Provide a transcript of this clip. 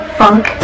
funk